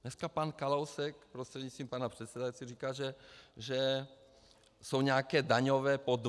Dneska pan Kalousek, prostřednictvím pana předsedajícího, říká, že jsou nějaké daňové podvody.